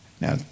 Now